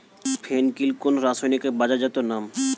ফেন কিল কোন রাসায়নিকের বাজারজাত নাম?